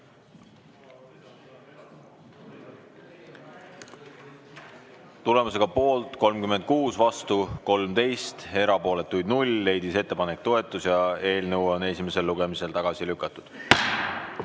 Tulemusega poolt 36, vastu 13, erapooletuid 0, leidis ettepanek toetust ja eelnõu on esimesel lugemisel tagasi lükatud.